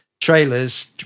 trailers